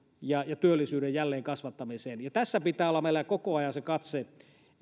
ja ja työllisyyden jälleenkasvattamiseen tässä pitää olla meillä koko ajan se katse